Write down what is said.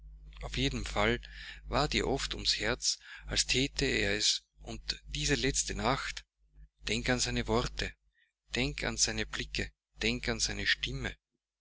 auf jeden fall war dir oft ums herz als thäte er es und diese letzte nacht denk an seine worte denk an seine blicke denk an seine stimme